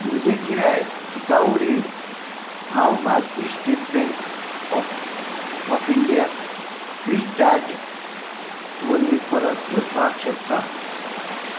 म्हजें गिरायक टिकाऊ रीण हांव भारतीय स्टेट बँक ऑ ऑफ इंडियाक फ्रीचार्ज वरवीं परत भरपाक शकता